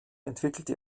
entwickelte